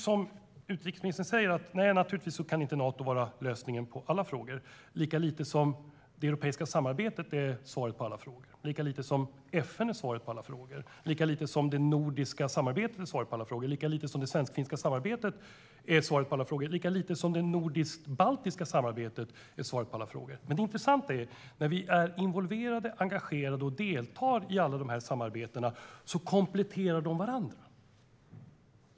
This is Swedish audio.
Som utrikesministern säger kan Nato naturligtvis inte vara lösningen på alla frågor, lika lite som det europeiska samarbetet, FN, det nordiska samarbetet, det svensk-finska samarbetet eller det nordisk-baltiska samarbetet är svaret på alla frågor. Men det intressanta är att när vi är involverade, engagerade och deltar i alla de här samarbetena kompletterar de varandra.